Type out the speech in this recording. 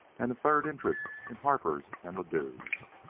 and a third interest in harper and ladue's.